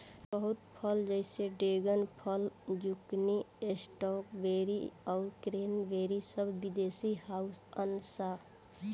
बहुत फल जैसे ड्रेगन फल, ज़ुकूनी, स्ट्रॉबेरी आउर क्रेन्बेरी सब विदेशी हाउअन सा